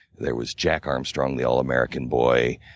there was jack armstrong, the all american boy,